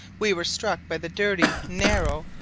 we were struck by the dirty, narrow,